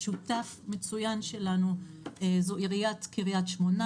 שותף מצוין שלנו זו עיריית קריית שמונה,